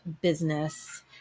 business